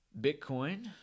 Bitcoin